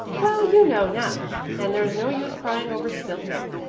well, you know now, and there's no use crying over spilt milk.